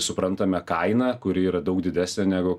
suprantame kainą kuri yra daug didesnė negu